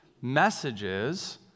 messages